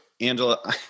Angela